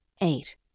Eight